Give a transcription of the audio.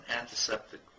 antiseptic